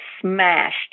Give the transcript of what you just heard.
smashed